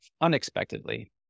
unexpectedly